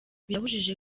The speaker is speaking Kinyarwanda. birabujijwe